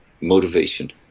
motivation